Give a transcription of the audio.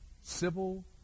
civil